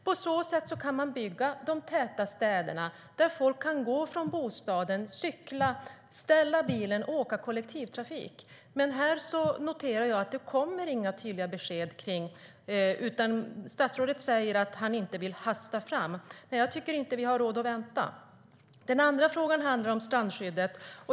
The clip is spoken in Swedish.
På så sätt kan man bygga de täta städerna där folk kan gå eller cykla från bostaden, ställa bilen och åka kollektivt. Jag noterar dock att det inte kommer några tydliga besked om detta. Statsrådet säger att han inte vill hasta fram något. Men jag tycker inte att vi har råd att vänta. Den andra frågan handlar om strandskyddet.